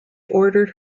ordered